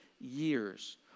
years